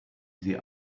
sie